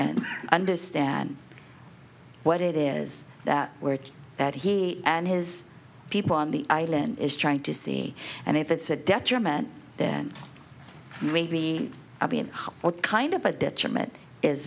and understand what it is that that he and his people on the island is trying to see and if it's a detriment then maybe i've been kind of a detriment is